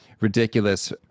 ridiculous